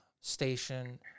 station